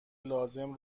لازمه